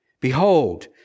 behold